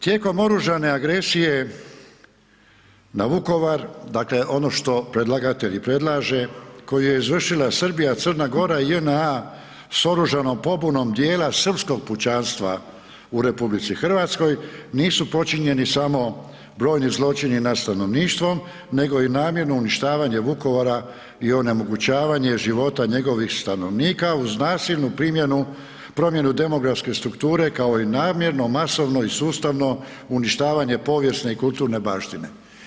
Tijekom oružane agresije na Vukovar, dakle ono što predlagatelj i predlaže koju je izvršila Srbija, Crna Gora i JNA s oružanom pobunom dijela srpskog pučanstva u RH nisu počinjeni samo brojni zločini nad stanovništvom nego i namjerno uništavanje Vukovara i onemogućavanje života njegovih stanovnika uz nasilnu promjenu demografske strukture kao i namjerno masovno i sustavno uništavanje povijesne i kulturne baštine.